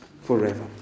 forever